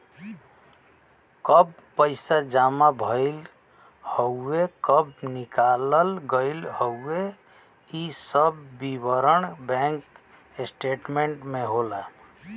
कब पैसा जमा भयल हउवे कब निकाल गयल हउवे इ सब विवरण बैंक स्टेटमेंट होला